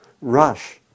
rush